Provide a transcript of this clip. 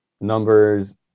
numbers